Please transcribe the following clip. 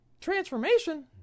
transformation